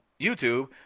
YouTube